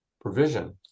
provision